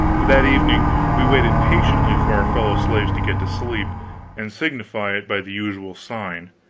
that evening we waited patiently for our fellow-slaves to get to sleep and signify it by the usual sign,